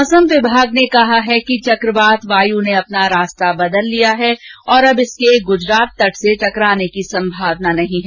मौसम विभाग ने कहा है कि चक्रवात वायु ने अपना रास्ता बदल लिया है और अब इसके गुजरात तट से टकराने की संभावना नहीं है